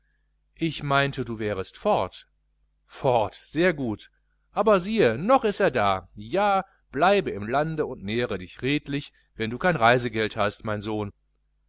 ich meinte du wärest fort fort sehr gut aber siehe noch ist er da ja bleibe im lande und nähre dich redlich wenn du kein reisegeld hast mein sohn